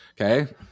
Okay